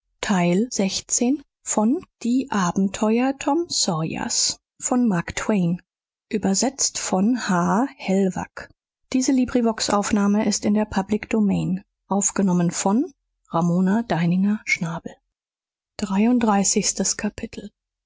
die abenteuer tom sawyers